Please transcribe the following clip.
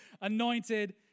anointed